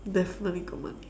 definitely got money